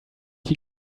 you